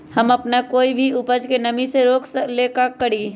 हम अपना कोई भी उपज के नमी से रोके के ले का करी?